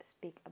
speak